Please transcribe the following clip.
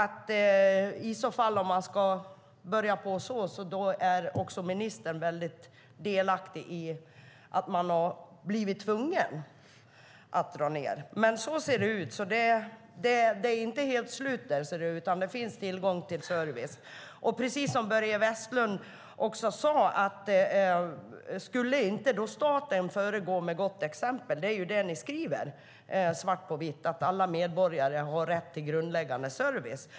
I så fall är ministern delaktig i att man har blivit tvungen att dra ned där. Så ser det ut. Det är inte helt slut, utan det finns tillgång till viss service. Precis som Börje Vestlund sade: Skulle inte staten föregå med gott exempel? Det ni skriver svart på vitt är ju att alla medborgare har rätt till grundläggande service.